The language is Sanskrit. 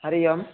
हरि ओम्